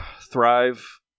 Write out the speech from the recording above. thrive